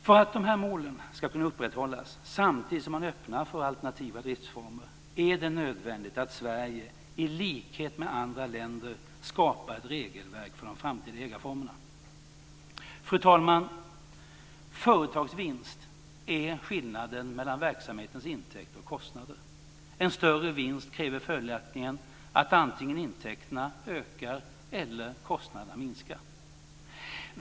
För att dessa mål ska kunna upprätthållas samtidigt som man öppnar för alternativa driftformer är det nödvändigt att Sverige i likhet med andra länder skapar ett regelverk för de framtida ägarformerna. Fru talman! Företagsvinst är skillnaden mellan verksamhetens intäkter och kostnader. En större vinst kräver följaktligen att antingen intäkterna ökar eller kostnaderna minskar.